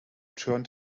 turned